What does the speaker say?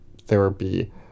therapy